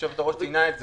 והיושבת-ראש ציינה את זה.